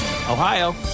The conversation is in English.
Ohio